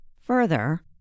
Further